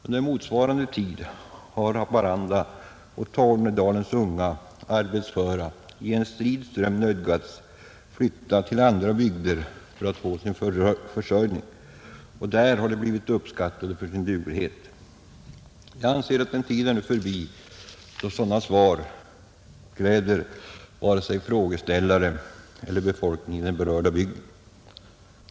Under motsvarande tid har Haparandas och Tornedalens unga arbetsföra i en strid ström nödgats flytta till andra bygder för att få sin försörjning, och där har de blivit uppskattade för sin duglighet. Jag anser att den tid nu är förbi då sådana svar gläder frågeställare eller befolkningen i den berörda bygden.